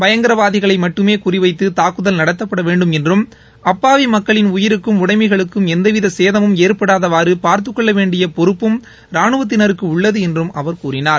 பயங்கரவாதிகளை மட்டுமே குறிவைத்து தாக்குதல் நடத்தப்படவேண்டும் என்றும் அப்பாவி மக்களின் உயிருக்கும் உடமைகளுக்கும் எந்தவித சேதமும் ஏற்படாதவாறு பார்த்துக் கொள்ள வேண்டிய பொறுப்பும் ராணுவத்தினருக்கும் உள்ளது என்றும் அவர் கூறினார்